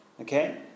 Okay